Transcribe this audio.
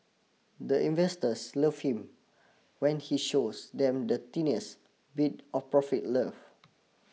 the investors love him when he shows them the tiniest bit of profit love